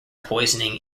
poisoning